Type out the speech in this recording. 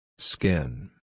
Skin